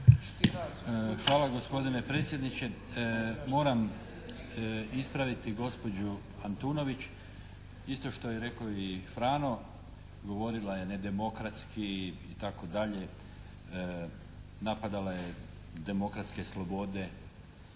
Hvala gospodine predsjedniče. Moram ispraviti gospođu Antunović. Isto što je rekao i Frano, govorila je nedemokratski itd., napadala je demokratske slobode,